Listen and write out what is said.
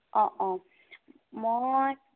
অঁ অঁ মই